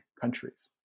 countries